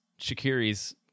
shakiri's